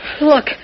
Look